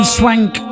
swank